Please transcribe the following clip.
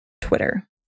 twitter